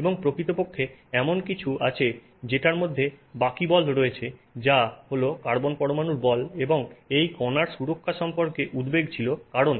এবং প্রকৃতপক্ষে এমন কিছু আছে যেটার মধ্যে বাকিবল রয়েছে যা হল কার্বন পরমাণুর বল এবং এই কণার সুরক্ষা সম্পর্কে উদ্বেগ ছিল কারণ